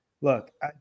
look